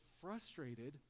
frustrated